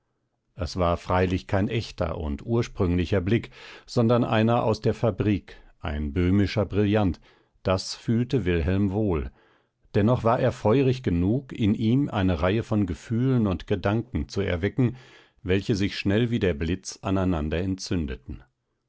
es war freilich kein echter und ursprünglicher blick sondern einer aus der fabrik ein böhmischer brillant das fühlte wilhelm wohl dennoch war er feurig genug in ihm eine reihe von gefühlen und gedanken zu erwecken welche sich schnell wie der blitz aneinander entzündeten